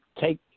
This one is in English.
take